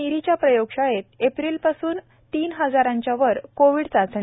नीरीच्या प्रयोगशाळेत एप्रिल पासून तीन हजारांच्या वर कोविड चाचण्या